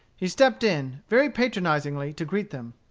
he stepped in, very patronizingly, to greet them.